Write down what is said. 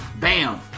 Bam